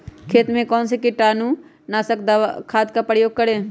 खेत में कौन से कीटाणु नाशक खाद का प्रयोग करें?